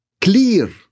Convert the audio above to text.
clear